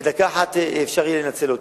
בדקה אחת אפשר יהיה לנצל אותן.